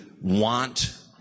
want